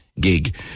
gig